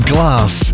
Glass